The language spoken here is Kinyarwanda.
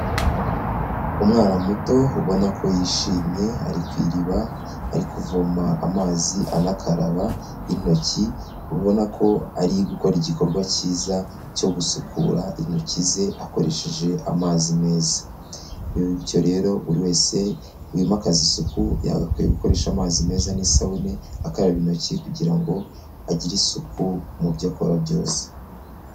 Umwana muto ubona ko yishimye ari ku iriba ari kuvoma amazi anakaraba intoki, ubona ko ari gukora igikorwa cyiza cyo gusukura intoki ze akoresheje amazi meza, bityo rero buri wese wimakaza isuku yagakwiye gukoresha amazi meza n'isabune akaraba intoki kugira ngo agire isuku mu byo akora byose.